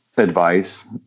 advice